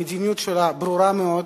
המדיניות שלה ברורה מאוד.